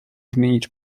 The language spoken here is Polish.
zmienić